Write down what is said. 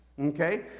okay